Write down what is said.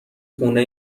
خونه